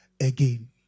again